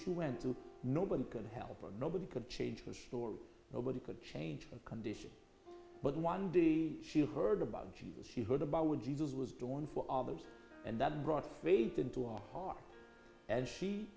she went to nobody could help her nobody could change her story nobody could change her condition but one day she heard about jesus she heard about what jesus was doing for others and that brought faith into her heart and she